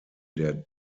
der